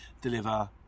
deliver